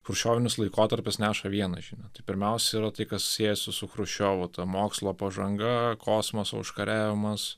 chruščiovinis laikotarpis neša vieną žinią tai pirmiausia yra tai kas siejasi su chruščiovo ta mokslo pažanga kosmoso užkariavimas